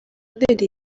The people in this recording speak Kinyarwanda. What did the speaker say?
atera